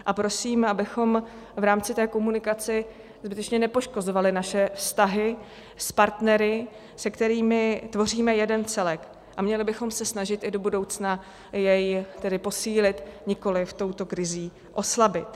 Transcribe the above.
A prosím, abychom v rámci té komunikace zbytečně nepoškozovali naše vztahy s partnery, se kterými tvoříme jeden celek, a měli bychom se snažit i do budoucna jej posílit, nikoliv touto krizí oslabit.